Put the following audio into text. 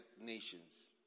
nations